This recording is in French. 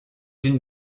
une